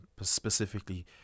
specifically